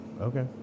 Okay